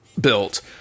built